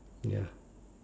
ya